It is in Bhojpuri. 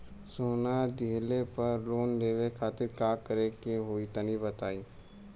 सोना दिहले पर लोन लेवे खातिर का करे क होई तनि बताई?